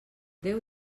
déu